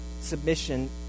submission